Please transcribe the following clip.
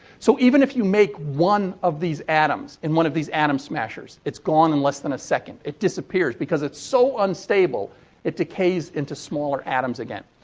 so, even if you make one of these atoms in one of these atom smashers, it's gone in less than a second. it disappears because it's so unstable it decays into smaller atoms again.